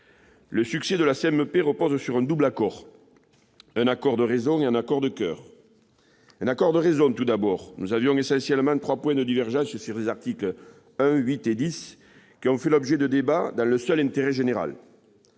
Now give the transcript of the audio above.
Le succès de la CMP repose sur un double accord : un accord de raison et un accord de coeur. Je commence par l'accord de raison. Nous avions essentiellement trois points de divergence sur les articles 1, 8 et 10. Ils ont fait l'objet de débats, dans le seul intérêt général.